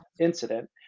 incident